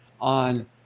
on